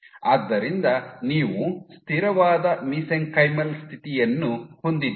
ಆದ್ದರಿಂದ ನೀವು ಸ್ಥಿರವಾದ ಮಿಸೆಂಕೈಮಲ್ ಸ್ಥಿತಿಯನ್ನು ಹೊಂದಿದ್ದೀರಿ